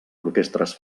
orquestres